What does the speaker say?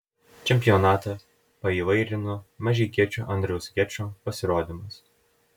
čempionatą paįvairino mažeikiečio andriaus gečo pasirodymas